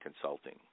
consulting